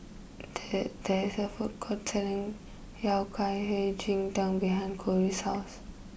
there there is a food court selling Yao Hei Ji Tang behind Kori's house